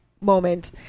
moment